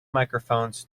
microphones